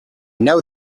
know